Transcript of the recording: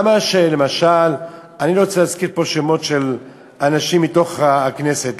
אני לא רוצה להזכיר פה שמות של אנשים מתוך הכנסת.